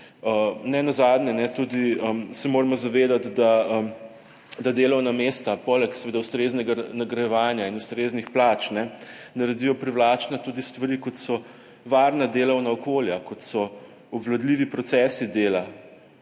Nenazadnje se moramo tudi zavedati, da delovna mesta poleg ustreznega nagrajevanja in ustreznih plač, naredijo privlačna tudi stvari, kot so varna delovna okolja, kot so obvladljivi procesi dela,